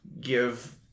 give